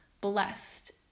blessed